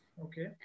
okay